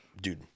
dude